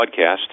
podcast